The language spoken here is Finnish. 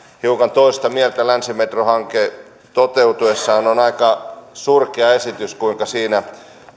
hiukan toista mieltä länsimetro hanke toteutuessaan on aika surkea esitys kuinka siinä